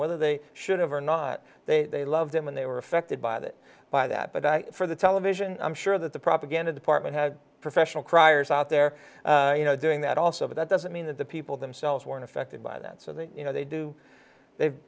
whether they should have or not they loved him and they were affected by that by that but i for the television i'm sure that the propaganda department had professional criers out there you know doing that also but that doesn't mean that the people themselves weren't affected by that so they you know they do they